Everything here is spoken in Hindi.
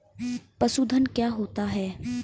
पशुधन क्या होता है?